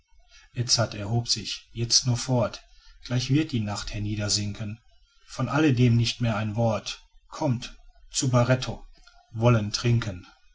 edzard erhob sich jetzt nur fort gleich wird die nacht herniedersinken von alle dem nicht mehr ein wort kommt zu baretto wollen trinken